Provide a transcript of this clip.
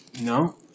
No